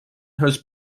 hosts